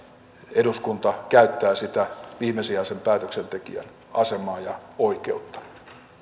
eduskunta käyttää sitä viimesijaisen päätöksentekijän asemaa ja oikeutta